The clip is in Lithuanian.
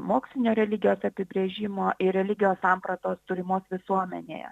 mokslinio religijos apibrėžimo ir religijos sampratos turimos visuomenėje